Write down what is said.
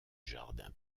jardin